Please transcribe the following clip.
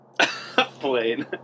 Plane